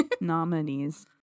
nominees